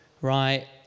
right